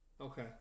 Okay